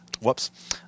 whoops